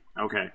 Okay